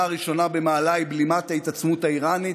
הראשונה במעלה היא בלימת ההתעצמות האיראנית.